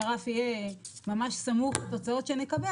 שהרף יהיה ממש סמוך לתוצאות שנקבל,